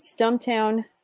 Stumptown